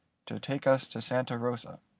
to take us to santa rosa.